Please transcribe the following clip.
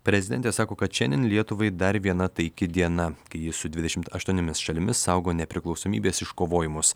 prezidentė sako kad šiandien lietuvai dar viena taiki diena kai ji su dvidešimt aštuoniomis šalimis saugo nepriklausomybės iškovojimus